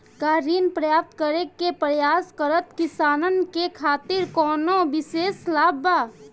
का ऋण प्राप्त करे के प्रयास करत किसानन के खातिर कोनो विशेष लाभ बा